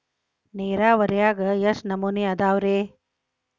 ನೇರಾವರಿಯಾಗ ಎಷ್ಟ ನಮೂನಿ ಅದಾವ್ರೇ?